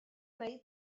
neu